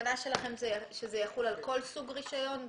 הכוונה שלכם היא שזה יחול על כל סוג רישיון,